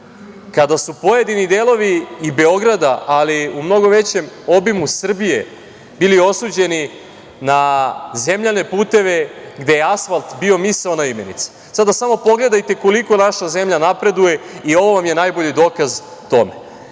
kada su pojedini delovi i Beograda, ali u mnogo većem obimu Srbije bili osuđeni na zemljane puteve, gde je asfalt bio misaona imenica, sada samo pogledajte koliko naša zemlja napreduje i ovo vam je najbolji dokaz tome. Kao